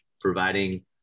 providing